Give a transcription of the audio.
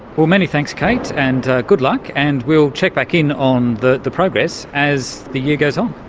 well, many thanks kate, and good luck, and we'll check back in on the the progress as the year goes on.